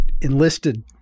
enlisted